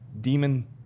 demon